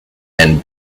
and